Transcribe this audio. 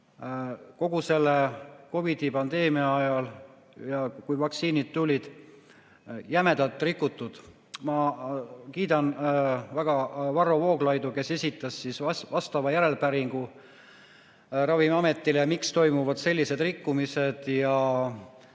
kogu selle COVID-i pandeemia ajal, kui vaktsiinid tulid, jämedalt rikutud. Ma kiidan väga Varro Vooglaidu, kes esitas vastava järelepäringu Ravimiametile ja uuris, miks toimuvad sellised rikkumised.